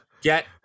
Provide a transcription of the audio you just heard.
Get